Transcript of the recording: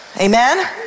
Amen